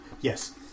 Yes